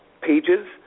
pages